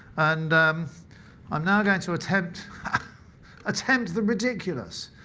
and i'm now going to attempt attempt the ridiculous.